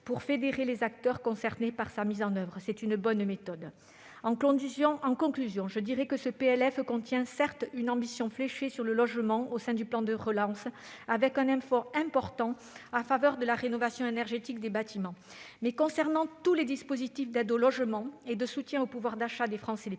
pour fédérer les acteurs concernés par sa mise en oeuvre. C'est une bonne méthode. En conclusion, ce PLF contient, certes, une ambition fléchée sur le logement, avec, au sein du plan de relance, un effort important en faveur de la rénovation énergétique des bâtiments. Mais concernant tous les dispositifs d'aide au logement et de soutien au pouvoir d'achat des Français les